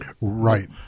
right